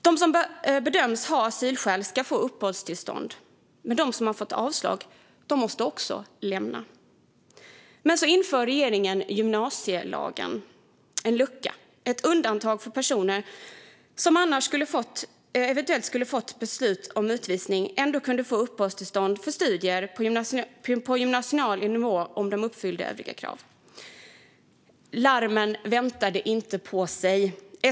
De som bedöms ha asylskäl ska få uppehållstillstånd, men de som har fått avslag måste lämna. Men så inför regeringen gymnasielagen, en lucka. Det är ett undantag för personer som annars eventuellt skulle ha fått ett beslut om utvisning. Dessa personer kunde få uppehållstillstånd för studier på gymnasial nivå om de uppfyllde övriga krav. Larmen väntade inte på sig.